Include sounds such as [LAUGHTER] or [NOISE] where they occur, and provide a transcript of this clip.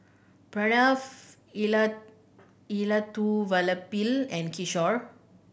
Pranav [UNINTELLIGIBLE] Elattuvalapil and Kishore